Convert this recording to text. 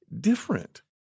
different